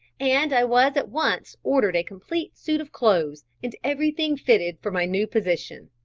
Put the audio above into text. and i was at once ordered a complete suit of clothes and everything fitted for my new position.